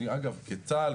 כצה"ל,